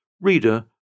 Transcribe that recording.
Reader